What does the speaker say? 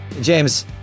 James